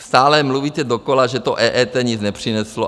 Stále mluvíte dokola, že to EET nic nepřineslo.